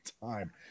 time